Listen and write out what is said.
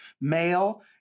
male